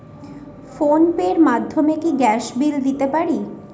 Phone pay র মাধ্যমে কি গ্যাসের বিল দিতে পারি?